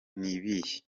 n’ibihe